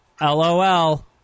LOL